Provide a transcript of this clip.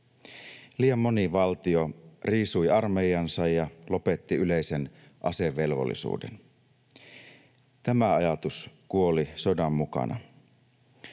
Liian moni valtio riisui armeijansa ja lopetti yleisen asevelvollisuuden. Tämä ajatus kuoli sodan mukana.